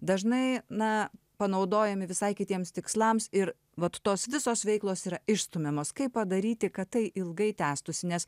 dažnai na panaudojami visai kitiems tikslams ir vat tos visos veiklos yra išstumiamos kaip padaryti kad tai ilgai tęstųsi nes